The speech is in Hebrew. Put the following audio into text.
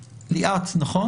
וליאח.